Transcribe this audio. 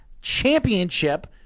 championship